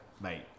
Mate